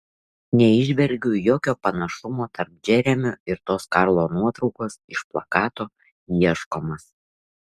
neįžvelgiu jokio panašumo tarp džeremio ir tos karlo nuotraukos iš plakato ieškomas